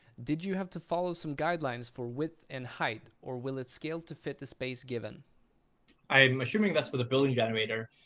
did you have to follow some guidelines for width and height, or will it scale to fit the space given? paul i'm assuming that's for the building generator.